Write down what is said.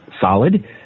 solid